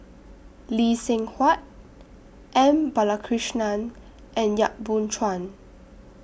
Lee Seng Huat M Balakrishnan and Yap Boon Chuan